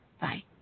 Bye